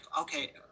okay